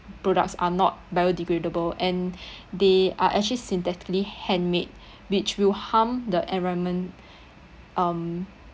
products are not biodegradable and they are actually synthetically handmade which will harm the environment um